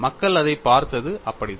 மக்கள் அதைப் பார்த்தது அப்படித்தான்